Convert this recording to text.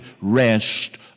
rest